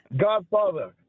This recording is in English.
Godfather